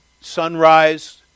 sunrise